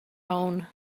own